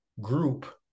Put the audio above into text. group